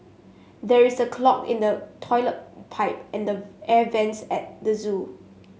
there is a clog in the toilet pipe and the air vents at the zoo